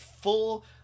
full